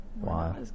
Wow